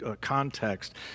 context